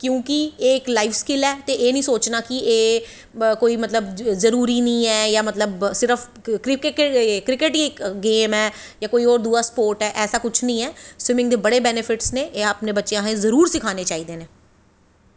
क्योंकि एह् इक्क लाईफ स्किल ऐ ते एह् निं सोचना की एह् कोई मतलब की जरूरी निं ऐ की सिर्फ क्रिकेट ई इक्क गेम ऐ जां कोई होर दूआ स्पोर्ट ऐ ऐसा कुछ निं ऐ स्विमिंग दे बड़े बेनीफिट न एह् असें अपने बच्चें गी जरूर सखानै चाहिदे न